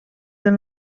del